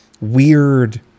weird